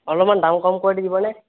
অলপমান দাম কম কৰি দিবনে